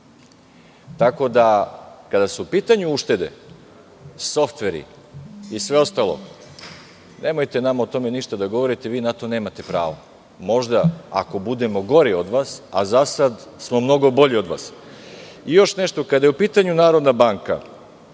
Tako da, kada su u pitanju uštede, softveri i sve ostalo, nemojte nama o tome ništa da govorite, vi na to nemate pravo. Možda ako budemo gori od vas, a za sada smo mnogo bolji od vas. Još nešto, kada je u pitanju Narodna banka,